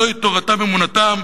זוהי תורתם אומנותם.